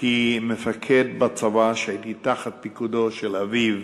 כמפקד בצבא שהיה תחת פיקודו של אביו,